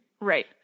right